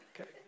okay